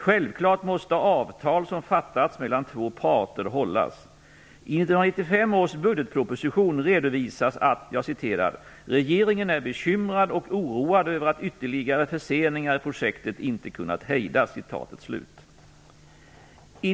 Självklart måste avtal som ingåtts mellan två parter hållas. I 1995 års budgetproposition redovisas att "regeringen är bekymrad och oroad över att ytterligare förseningar i projektet inte kunnat hejdas".